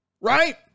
Right